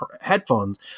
headphones